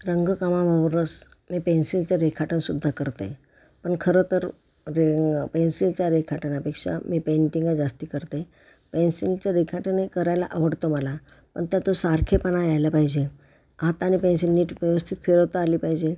रंगकामाबरोबरच मी पेन्सिलचं रेखाटनसुद्धा करते ण खरं तर रे पेन्सिलच्या रेखाटनापेक्षा मी पेंटिंगं जास्त करते पेन्सिलचं रेखाटने करायला आवडतं मला पण त्या तो सारखेपणा यायला पाहिजे हाताने पेन्सिल नीट व्यवस्थित फिरवता आली पाहिजे